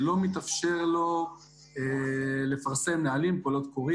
ואני מדבר גם על תקציבים וכלים.